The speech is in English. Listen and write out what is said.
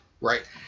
Right